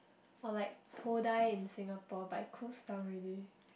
or like Todai in Singapore but it closed down already